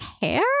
care